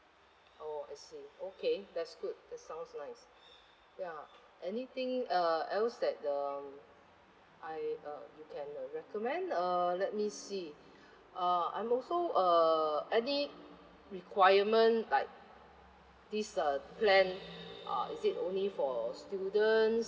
oh I see okay that's good that sounds nice ya anything uh else that um I uh you can recommend uh let me see uh I'm also uh any requirement like this uh plan uh is it only for students